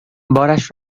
بارش